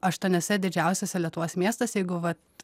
aštuoniuose didžiausiuose lietuvos miestuose jeigu vat